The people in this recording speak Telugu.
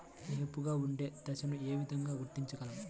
ఏపుగా ఉండే దశను ఏ విధంగా గుర్తించగలం?